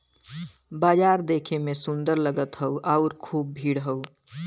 बाजार देखे में सुंदर लगत हौ आउर खूब भीड़ हौ